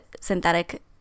synthetic